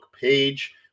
page